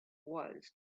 was